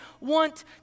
want